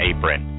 Apron